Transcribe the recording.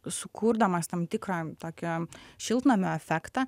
sukurdamas tam tikrą tokį šiltnamio efektą